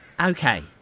Okay